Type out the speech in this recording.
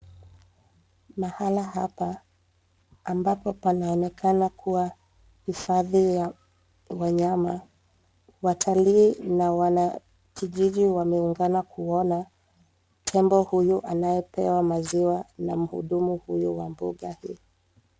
Mahala hapa, ambapo panaonekana kuwa ni hifadhi ya wanyama, watalii, na wanakijiji wameungana kuona, tembo huyu anayepewa maziwa, na mhudumu huyu wa mbunga hii.